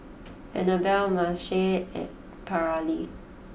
Annabella Marcel and Paralee